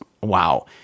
wow